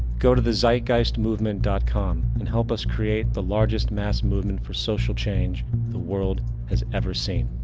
go to the thezeitgeistmovement dot com and help us create the largest mass movement for social change the world has ever seen.